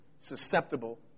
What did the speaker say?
susceptible